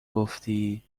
گفتی